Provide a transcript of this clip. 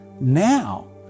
now